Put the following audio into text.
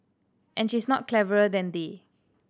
and she is not cleverer than they